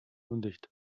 undicht